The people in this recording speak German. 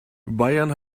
bayern